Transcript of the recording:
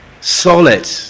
solid